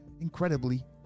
incredibly